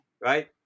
right